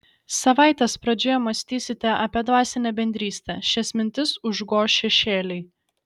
savaitės pradžioje mąstysite apie dvasinę bendrystę šias mintis užgoš šešėliai